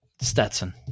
Stetson